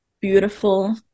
beautiful